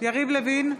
יריב לוין,